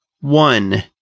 One